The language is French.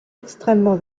extrêmement